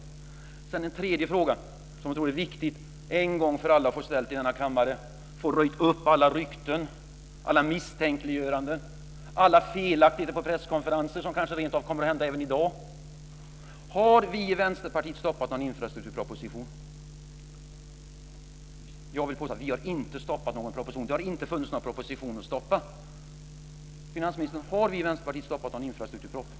Sedan har jag en tredje fråga, som jag tror är viktig att en gång för alla få ställa i denna kammare för att röja undan alla rykten, alla misstänkliggöranden och alla felaktigheter på presskonferenser, vilket kanske rentav kommer att hända även i dag: Har vi i Vänsterpartiet stoppat någon infrastrukturproposition? Jag vill påstå att vi inte har stoppat någon proposition. Det har inte funnits någon proposition att stoppa. Finansministern, har vi i Vänsterpartiet stoppat någon infrastrukturproposition?